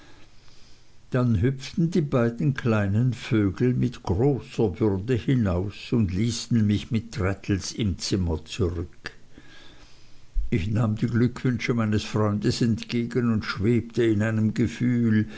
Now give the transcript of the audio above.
dann hüpften die beiden kleinen vögel mit großer würde hinaus und ließen mich mit traddles im zimmer zurück ich nahm die glückwünsche meines freundes entgegen und schwebte in einem gefühl